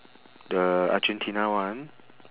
the argentina one